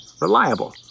reliable